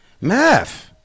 Math